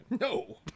No